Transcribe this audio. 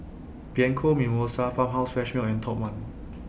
Bianco Mimosa Farmhouse Fresh Milk and Top one